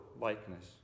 likeness